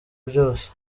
byose